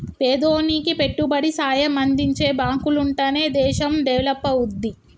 పేదోనికి పెట్టుబడి సాయం అందించే బాంకులుంటనే దేశం డెవలపవుద్ది